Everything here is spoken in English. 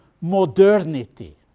modernity